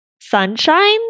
sunshine